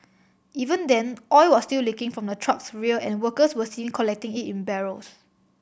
even then oil was still leaking from the truck's rear and workers were seen collecting it in barrels